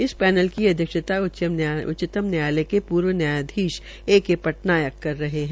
इस पैनल की अध्यक्षता उच्चतम न्यायालय के ूर्व न्यायधीश ए के टनायक कर रहे है